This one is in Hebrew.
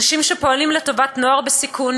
אנשים שפועלים לטובת נוער בסיכון,